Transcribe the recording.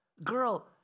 Girl